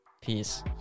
Peace